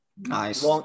Nice